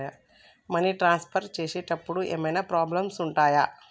Money transfer చేసేటప్పుడు ఏమైనా problems ఉంటయా?